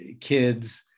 kids